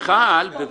מיכל, בבקשה.